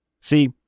See